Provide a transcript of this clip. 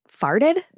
farted